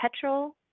petrol